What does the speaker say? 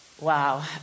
wow